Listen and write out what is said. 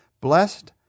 Blessed